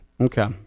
Okay